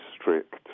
strict